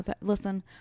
listen